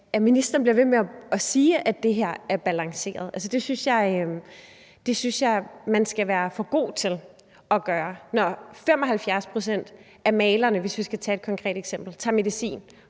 at ministeren bliver ved med at sige, at det her er balanceret. Det synes jeg man skal holde sig for god til at gøre, når 75 pct. af malerne – hvis vi skal tage et konkret eksempel – tager medicin